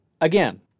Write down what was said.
again